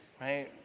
Right